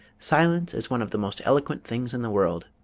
silence is one of the most eloquent things in the world.